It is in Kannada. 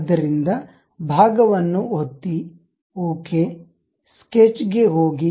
ಆದ್ದರಿಂದ ಭಾಗವನ್ನು ಒತ್ತಿ ಓಕೆ ಸ್ಕೆಚ್ಗೆ ಹೋಗಿ